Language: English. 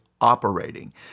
operating